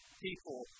people